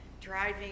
driving